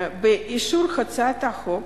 שאישור הצעת החוק